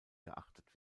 geachtet